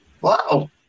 wow